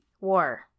war